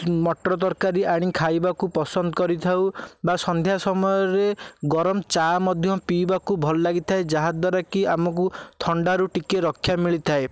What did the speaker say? ମଟର ତରକାରୀ ଆଣି ଖାଇବାକୁ ପସନ୍ଦ କରିଥାଉ ବା ସନ୍ଧ୍ୟା ସମୟରେ ଗରମ ଚା ମଧ୍ୟ ପିଇବାକୁ ଭଲ ଲାଗିଥାଏ ଯାହା ଦ୍ୱାରାକି ଆମକୁ ଥଣ୍ଡାରୁ ଟିକେ ରକ୍ଷା ମିଳିଥାଏ